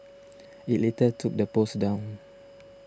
it later took the post down